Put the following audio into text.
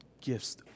gifts